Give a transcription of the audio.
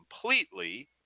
completely